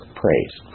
praise